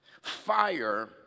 fire